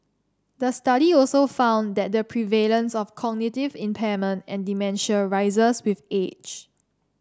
the study also found that the prevalence of cognitive impairment and dementia rises with age